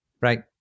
Right